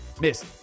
Miss